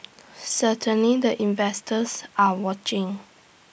certainly the investors are watching